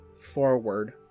forward